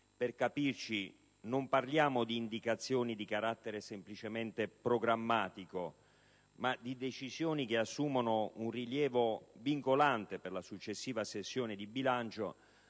per capirci, non parliamo di indicazioni di carattere semplicemente programmatico, ma di decisioni che assumono un rilievo vincolante per la successiva sessione di bilancio),